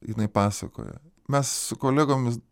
jinai pasakoja mes su kolegomis